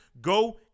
go